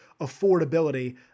affordability